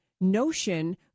notion